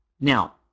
Now